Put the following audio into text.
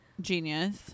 Genius